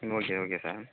ம் okay okay sir